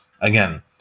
again